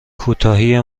کوتاهی